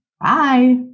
Bye